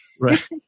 Right